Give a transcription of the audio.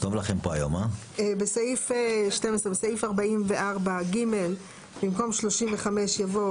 (12) בסעיף 44(ג), במקום "35" יבוא